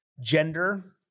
gender